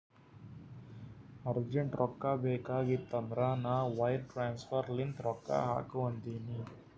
urgent ರೊಕ್ಕಾ ಬೇಕಾಗಿತ್ತಂದ್ರ ನಾ ವೈರ್ ಟ್ರಾನ್ಸಫರ್ ಲಿಂತೆ ರೊಕ್ಕಾ ಹಾಕು ಅಂತಿನಿ